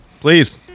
Please